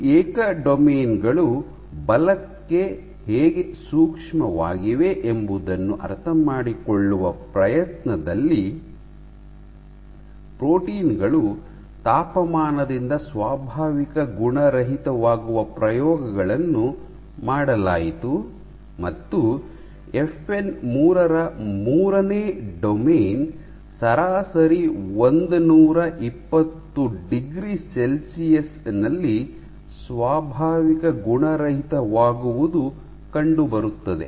ಈ ಏಕ ಡೊಮೇನ್ ಗಳು ಬಲಕ್ಕೆ ಹೇಗೆ ಸೂಕ್ಷ್ಮವಾಗಿವೆ ಎಂಬುದನ್ನು ಅರ್ಥಮಾಡಿಕೊಳ್ಳುವ ಪ್ರಯತ್ನದಲ್ಲಿ ಪ್ರೋಟೀನ್ ಗಳು ತಾಪಮಾನದಿಂದ ಸ್ವಾಭಾವಿಕ ಗುಣರಹಿತವಾಗುವ ಪ್ರಯೋಗಗಳನ್ನು ಮಾಡಲಾಯಿತು ಮತ್ತು ಎಫ್ಎನ್ 3 ರ ಮೂರನೇ ಡೊಮೇನ್ ಸರಾಸರಿ 120 ಡಿಗ್ರಿ ಸೆಲ್ಸಿಯಸ್ ನಲ್ಲಿ ಸ್ವಾಭಾವಿಕ ಗುಣರಹಿತವಾಗುವುದು ಕಂಡುಬರುತ್ತದೆ